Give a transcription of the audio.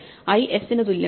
i s ന് തുല്യമല്ല